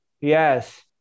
Yes